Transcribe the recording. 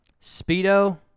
Speedo